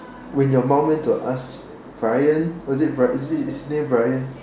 when your mom went to ask Bryan was it Bry~ is his name Bryan